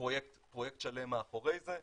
פרויקט שלם מאחורי זה,